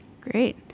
Great